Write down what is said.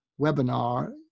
webinar